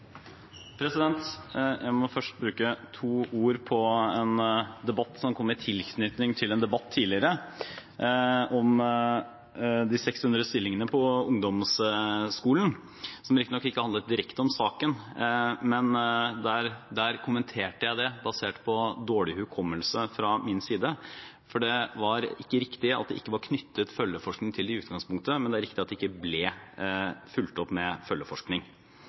tilknytning til en debatt tidligere, om de 600 stillingene på ungdomsskolen. Det handlet riktignok ikke direkte om saken, men der kommenterte jeg det basert på dårlig hukommelse fra min side. For det var ikke riktig at det ikke var knyttet følgeforskning til det i utgangspunktet, men det er riktig at det ikke ble fulgt opp med følgeforskning.